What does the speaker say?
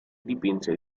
dipinse